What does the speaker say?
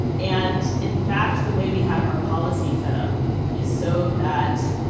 and in fact, the way we have our policy set up is so that